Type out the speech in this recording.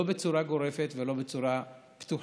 לא בצורה גורפת ולא בצורה פתוחה.